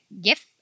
gift